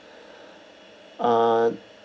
uh